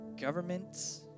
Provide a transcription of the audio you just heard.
governments